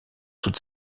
toute